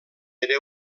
era